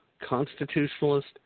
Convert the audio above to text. constitutionalist